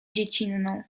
dziecinną